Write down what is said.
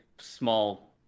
small